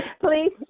Please